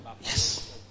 yes